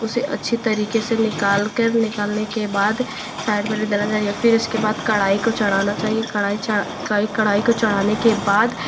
उसे अच्छी तरीके से निकाल कर निकलने के बाद साइड में धर दे फिर इसके बाद कड़ाई को चढ़ाना चाहिए कड़ाई कड़ाई को चढ़ाने के बाद